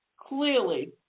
Clearly